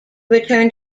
returned